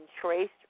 traced